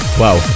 wow